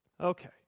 okay